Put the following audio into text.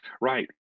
Right